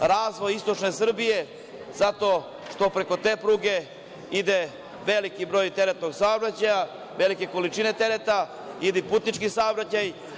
razvoj istočne Srbije, zato što preko te pruge ide veliki broj teretnog saobraćaja, velike količine tereta ili putnički saobraćaj.